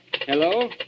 Hello